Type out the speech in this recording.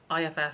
ifs